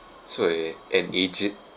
sort of a an agent